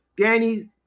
Danny